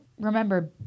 remember